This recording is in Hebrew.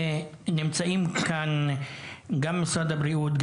נמצאים כאן גם משרד הבריאות,